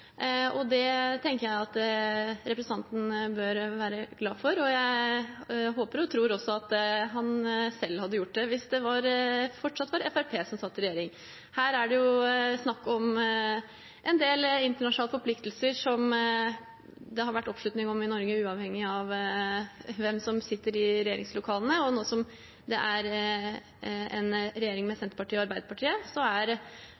Det tenker jeg at representanten bør være glad for, og jeg håper og tror også at han selv hadde gjort det hvis det fortsatt var Fremskrittspartiet som satt i regjering. Her er det snakk om en del internasjonale forpliktelser som det har vært oppslutning om i Norge uavhengig av hvem som sitter i regjeringslokalene. Nå som det er en regjering med Senterpartiet og Arbeiderpartiet, er